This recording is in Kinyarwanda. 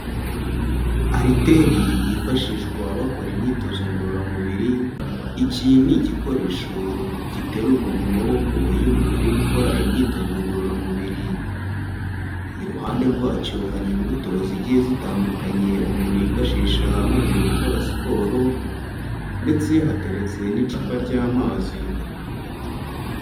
Ariteri yifashishwa bakora imyitozo ngororamubiri, iki ni igikoresho giterurwa mu maboko iyo umuntu ari gukora imyitozo ngororamubiri, iruhande rwacyo hari imbuto zigiye zitandukanye umuntu yifashisha amajije gukora siporo ndetse hateretse n'icupa ry'amazi.